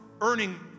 earning